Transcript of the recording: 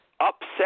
upset